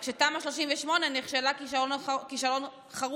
רק שתמ"א 38 נכשלה כישלון חרוץ.